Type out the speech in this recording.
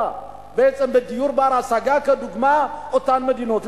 של דיור בר-השגה כדוגמת אותן מדינות.